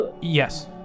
Yes